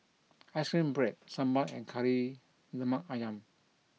Ice Cream Bread Sambal and Kari Lemak Ayam